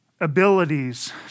Abilities